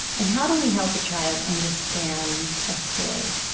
and how do we help a child understand a story?